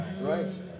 Right